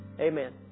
Amen